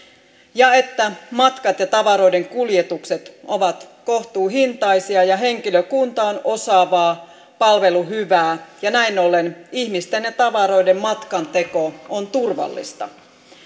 ja että matkat ja tavaroiden kuljetukset ovat kohtuuhintaisia ja henkilökunta on osaavaa palvelu hyvää ja näin ollen ihmisten ja tavaroiden matkanteko on turvallista